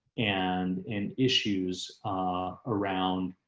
and and issues around